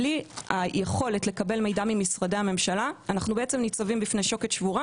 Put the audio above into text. בלי היכולת לקבל מידע ממשרדי הממשלה אנחנו בעצם ניצבים בפני שוקת שבורה.